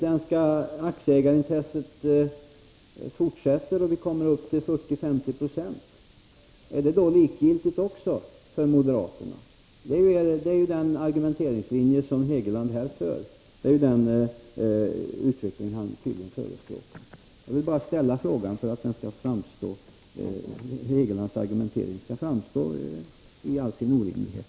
Är det likgiltigt för moderaterna också om det utländska aktieägarintresset håller i sig till den grad att ägarandelen kommer upp till 40-50 26? Det är den argumenteringslinje som Hugo Hegeland här för. Det är tydligen den utvecklingen han förespråkar. Jag vill ställa den frågan för att Hugo Hegelands argumentering skall framstå i all sin orimlighet.